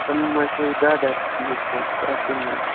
تِم منٛزٕ تھٲوِو دَہ دَہ پیٖس تۄہہِ پرٛتھ کُنہِ منٛز